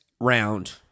round